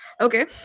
Okay